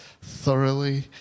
thoroughly